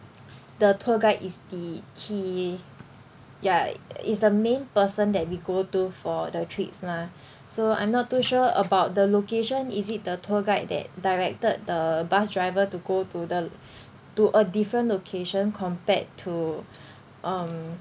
the tour guide is the key ya is the main person that we go to for the trips mah so I'm not too sure about the location is it the tour guide that directed the bus driver to go to the to a different location compared to um